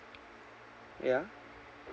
ya